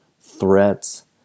threats